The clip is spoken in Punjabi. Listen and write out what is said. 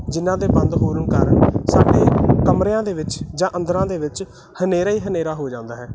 ਜਿਹਨਾਂ ਦੇ ਬੰਦ ਹੋਣ ਕਾਰਨ ਸਾਡੇ ਕਮਰਿਆਂ ਦੇ ਵਿੱਚ ਜਾਂ ਅੰਦਰਾਂ ਦੇ ਵਿੱਚ ਹਨੇਰਾ ਹੀ ਹਨੇਰਾ ਹੋ ਜਾਂਦਾ ਹੈ